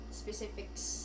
specifics